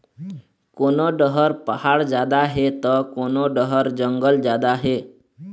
कोनो डहर पहाड़ जादा हे त कोनो डहर जंगल जादा हे